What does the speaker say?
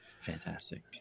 Fantastic